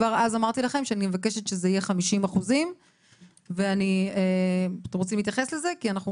כבר אז אמרתי לכם שאני מבקשת שזה יהיה 50%. אתם רוצים להתייחס לזה?